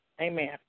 Amen